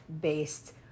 based